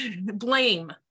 blame